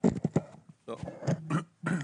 לוחם ביחידת אגוז,